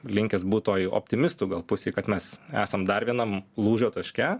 linkęs būt toj optimistų gal pusėj kad mes esam dar vienam lūžio taške